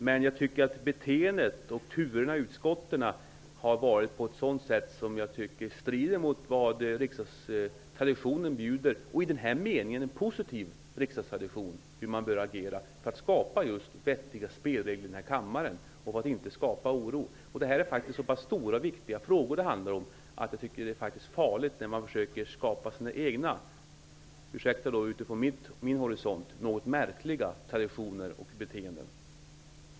Men beteendet och turerna i utskotten har varit sådana att jag tycker det strider mot vad riksdagstraditionen bjuder. Det finns i denna mening en positiv riksdagstradition för hur man bör agera för att skapa just vettiga spelregler i kammaren och inte skapa oro. Det handlar om så pass stora och viktiga frågor att det är farligt när man försöker skapa sina egna och från min horisont -- ursäkta uttrycket -- något märkliga traditioner och beteenden.